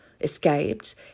escaped